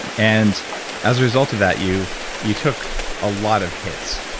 and as a result of that you you took a lot of hits.